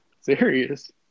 Serious